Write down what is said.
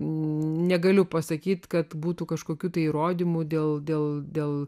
negaliu pasakyti kad būtų kažkokių tai įrodymų dėl dėl